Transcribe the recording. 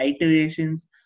iterations